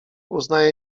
uznaje